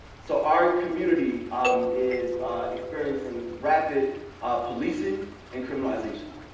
so our community um is experiencing rapid policing and criminalization.